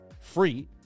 Free